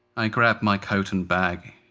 i grab my coat and bag.